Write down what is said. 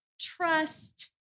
trust